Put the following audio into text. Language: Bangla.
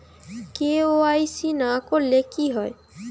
কে.ওয়াই.সি না করলে কি হয়?